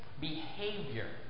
behavior